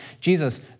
Jesus